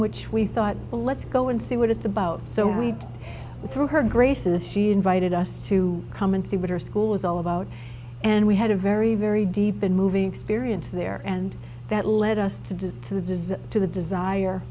which we thought well let's go and see what it's about so we threw her grace in this she invited us to come and see what her school was all about and we had a very very deep in moving experience there and that led us to do to the desire